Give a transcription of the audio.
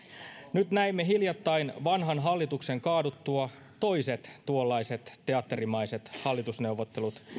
nyt näimme hiljattain vanhan hallituksen kaaduttua toiset tuollaiset teatterimaiset hallitusneuvottelut